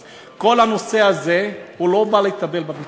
אז כל הנושא הזה, הוא לא בא לטפל בביטחון.